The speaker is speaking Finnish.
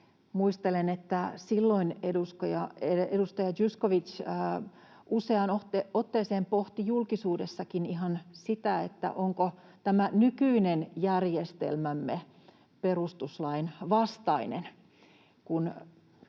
Muistelen, että silloin edustaja Zyskowicz useaan otteeseen pohti ihan julkisuudessakin sitä, onko tämä nykyinen järjestelmämme perustuslain vastainen,